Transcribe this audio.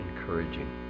encouraging